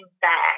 back